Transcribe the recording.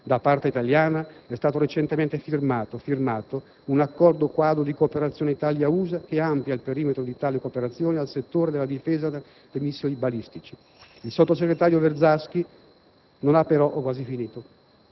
«Da parte italiana, è stato recentemente firmato un Accordo quadro di cooperazione Italia-USA che amplia il perimetro di tale cooperazione al settore della difesa da missili balistici». Il sottosegretario Verzaschi non ha però spiegato